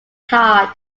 hard